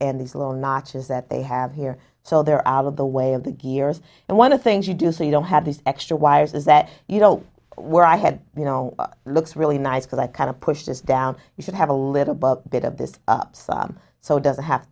in these little notches that they have here so they're out of the way of the gears and one of the things you do so you don't have these extra wires is that you know where i had you know looks really nice for that kind of push down you should have a little bump bit of this up sub so doesn't have